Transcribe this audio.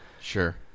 Sure